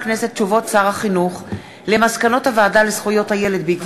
תשובות שר החינוך שי פירון על מסקנות הוועדה לזכויות